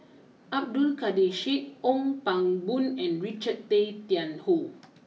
Abdul Kadir Syed Ong Pang Boon and Richard Tay Tian Hoe